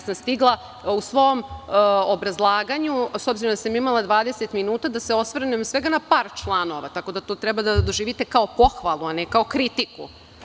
Stigla sam u svom obrazlaganju, s obzirom da sam imala 20 minuta, da se osvrnem na svega par članova, tako da to treba da doživite kao pohvalu, a ne kao kritiku.